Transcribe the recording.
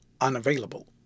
unavailable